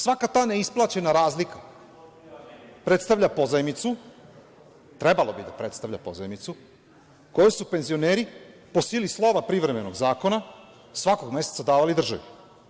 Svaka ta neisplaćena razlika predstavlja pozajmicu, trebalo bi da predstavlja pozajmicu, koju su penzioneri po sili slova privremenog zakona svakog meseca davali državi.